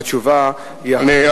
התשובה היא אחת.